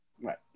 Right